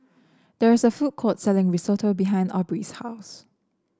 there is a food court selling Risotto behind Aubrie's house